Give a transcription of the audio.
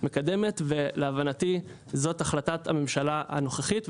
מקדמת ולהבנתי זאת החלטת הממשלה הנוכחית,